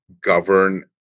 govern